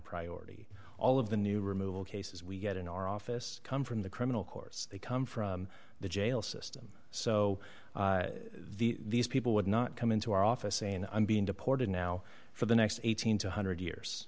priority all of the new removal cases we get in our office come from the criminal course they come from the jail system so these people would not come into our office saying i'm being deported now for the next eighteen to one hundred years